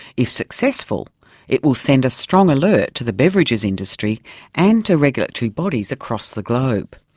if successful it will send a strong alert to the beverages industry and to regulatory bodies across the globe.